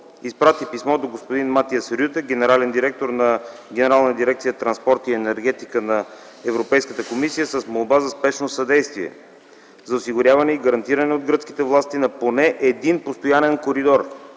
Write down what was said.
изпрати писмо до господин Матиас Рюте – генерален директор на Генерална дирекция „Транспорт и енергетика” на Европейската комисия, с молба за спешно съдействие за осигуряване и гарантиране от гръцките власти на поне един постоянен коридор